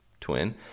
twin